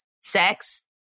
sex